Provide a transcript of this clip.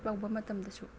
ꯇꯧꯕ ꯃꯇꯝꯗꯁꯨ